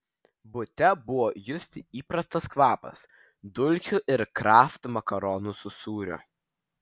bute buvo justi įprastas kvapas dulkių ir kraft makaronų su sūriu